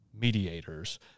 mediators